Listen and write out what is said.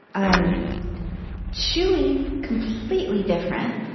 um chewy. completely different.